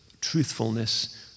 truthfulness